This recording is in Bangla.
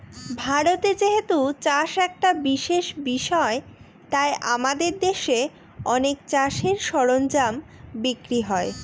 ভারতে যেহেতু চাষ একটা বিশেষ বিষয় তাই আমাদের দেশে অনেক চাষের সরঞ্জাম বিক্রি হয়